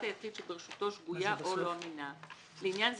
היחיד שברשותו שגויה או לא אמינה; לעניין זה,